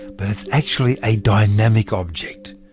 but it's actually a dynamic object,